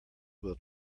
will